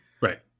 right